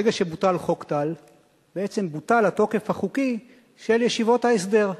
ברגע שבוטל חוק טל בעצם בוטל התוקף החוקי של ישיבות ההסדר.